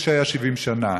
כפי שהיה 70 שנה,